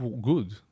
good